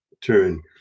turn